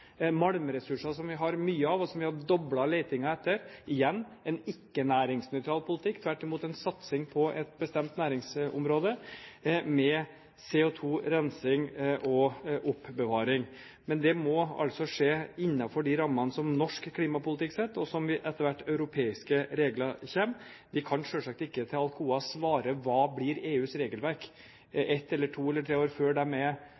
malmressurser, som vi har mye av, og som vi har doblet letingen etter – igjen en ikkenæringsnøytral politikk, men tvert imot en satsing på et bestemt næringsområde med CO2-rensing og oppbevaring. Men det må altså skje innenfor de rammene som norsk klimapolitikk setter, og etter hvert innenfor de europeiske reglene som kommer. Vi kan ikke svare Alcoa på hva som blir EUs regelverk ett, to elle tre år før det er